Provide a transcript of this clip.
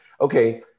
okay